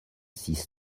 six